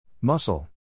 Muscle